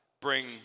bring